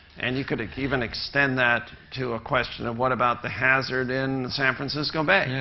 and you could even extend that to a question of, what about the hazard in san francisco bay? yeah.